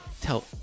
Tell